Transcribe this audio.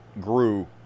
grew